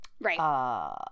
Right